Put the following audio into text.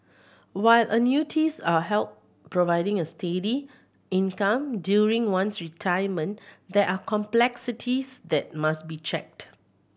while annuities are help providing a steady income during one's retirement there are complexities that must be checked